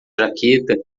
jaqueta